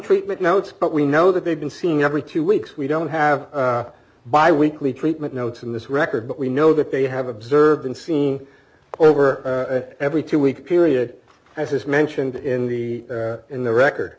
treatment notes but we know that they've been seen every two weeks we don't have bi weekly treatment notes in this record but we know that they have observed and seen over every two week period as is mentioned in the in the record